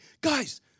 guys